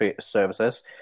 services